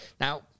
Now